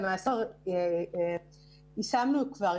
למעשה יישמנו כבר,